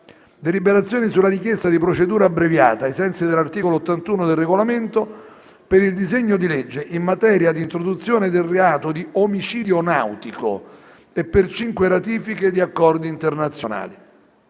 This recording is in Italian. deliberazioni sulla richiesta di procedura abbreviata, ai sensi dell'articolo 81 del Regolamento, per il disegno di legge in materia di introduzione del reato di omicidio nautico e per cinque ratifiche di accordi internazionali;